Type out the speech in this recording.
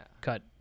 cut